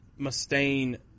Mustaine